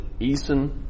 Eason